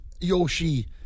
Yoshi